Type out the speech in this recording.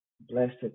blessed